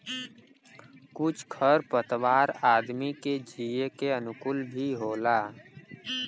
कुछ खर पतवार आदमी के जिये के अनुकूल भी होला